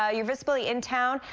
ah your visibility in town,